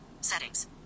Settings